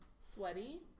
sweaty